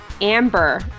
Amber